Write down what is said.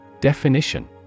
Definition